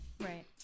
Right